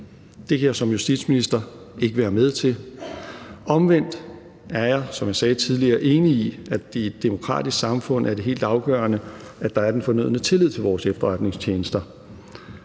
Det kan jeg som justitsminister ikke være med til. Omvendt er jeg, som jeg sagde tidligere, enig i, at det i et demokratisk samfund er helt afgørende, at der er den fornødne tillid til vores efterretningstjenester,